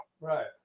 right